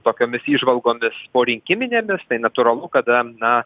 tokiomis įžvalgomis porinkiminėmis tai natūralu kada na